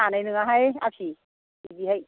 हानाय नङाहाय आफि बिदिहाय